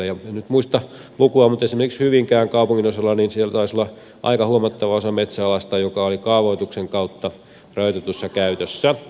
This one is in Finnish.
en nyt muista lukua mutta esimerkiksi hyvinkään kaupungin osalta siellä taisi olla aika huomattava osa metsäalasta joka oli kaavoituksen kautta rajoitetussa käytössä